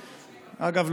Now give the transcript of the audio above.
אגב,